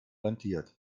rentiert